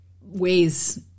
ways